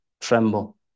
tremble